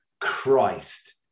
Christ